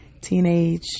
teenage